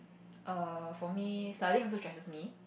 err for me studying also stresses me